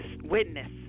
witness